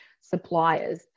suppliers